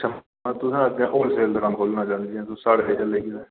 अच्छा तुस अग्गें होल सेल दा कम्म खोह्लना चाह्न्ने ओ तुस साढे़ कशा लेइयै ते